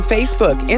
Facebook